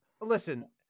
listen